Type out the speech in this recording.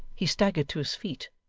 he staggered to his feet,